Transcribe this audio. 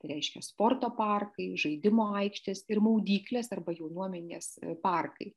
tai reiškia sporto parkai žaidimų aikštės ir maudyklės arba jaunuomenės parkai